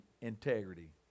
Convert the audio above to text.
Integrity